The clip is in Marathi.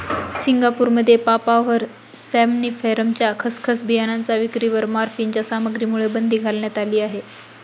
सिंगापूरमध्ये पापाव्हर सॉम्निफेरमच्या खसखस बियाणांच्या विक्रीवर मॉर्फिनच्या सामग्रीमुळे बंदी घालण्यात आली आहे